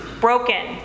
broken